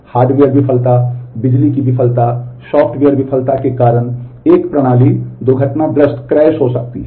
hardware विफलता बिजली की विफलता सॉफ्टवेयर विफलता के कारण एक प्रणाली दुर्घटनाग्रस्त हो सकती है